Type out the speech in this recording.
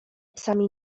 psami